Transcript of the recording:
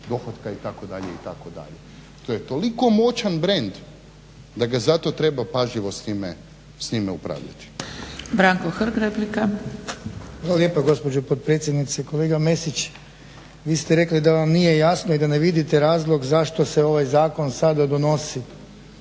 To je toliko moćan bend da ga zato treba pažljivo s njima upravljati. **Zgrebec, Dragica (SDP)** Branko Hrg, replika. **Hrg, Branko (HSS)** Hvala lijepo gospođo potpredsjednice. Kolega Mesić, vi ste rekli da vam nije jasno i da ne vidite razlog zašto se ovaj zakon sada donosi,